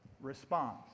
response